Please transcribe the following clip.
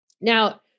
Now